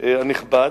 הנכבד,